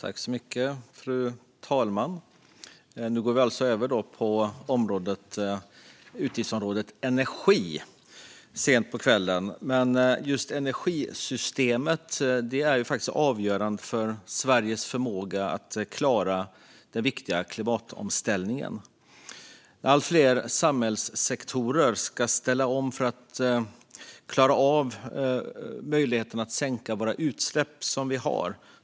Fru talman! Vi går nu, sent på kvällen, in på utgiftsområde 21 Energi. Just energisystemet är avgörande för Sveriges förmåga att klara den viktiga klimatomställningen. Allt fler samhällssektorer ska ställa om för att kunna sänka de utsläpp vi har.